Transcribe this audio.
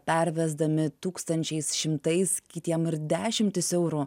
pervesdami tūkstančiais šimtais kitiem ir dešimtis eurų